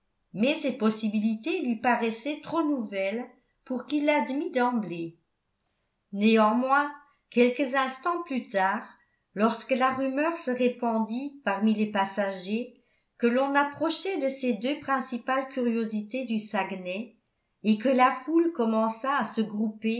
mais cette possibilité lui paraissait trop nouvelle pour qu'il l'admît d'emblée néanmoins quelques instants plus tard lorsque la rumeur se répandit parmi les passagers que l'on approchait de ces deux principales curiosités du saguenay et que la foule commença à se grouper